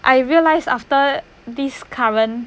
I realise after this current